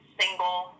single